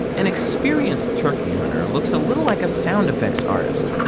an experienced turkey hunter, looks a little like a sound effects artist